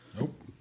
Nope